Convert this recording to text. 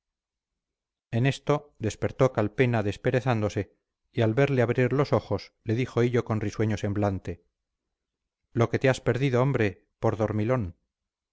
en esto despertó calpena desperezándose y al verle abrir los ojos le dijo hillo con risueño semblante lo que te has perdido hombre por dormilón